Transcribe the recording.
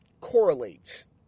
correlates